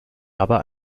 aber